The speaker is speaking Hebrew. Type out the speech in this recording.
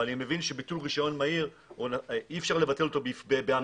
אני מבין שאי אפשר לבטל רישיון באמירה.